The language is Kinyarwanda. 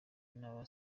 n’aba